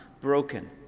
broken